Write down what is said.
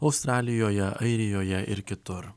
australijoje airijoje ir kitur